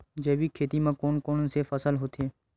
जैविक खेती म कोन कोन से फसल होथे?